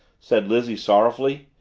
said lizzie sorrowfully.